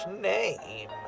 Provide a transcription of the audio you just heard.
name